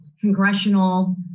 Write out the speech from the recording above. congressional